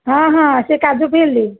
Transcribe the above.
ହଁ ହଁ ସେ କାଜୁ ଫିଲ୍ଡ